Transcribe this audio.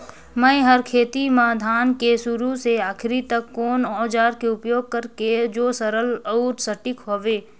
मै हर खेती म धान के शुरू से आखिरी तक कोन औजार के उपयोग करते जो सरल अउ सटीक हवे?